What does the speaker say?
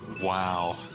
Wow